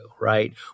right